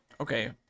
Okay